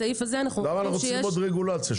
למה אנחנו צריכים עוד רגולציה?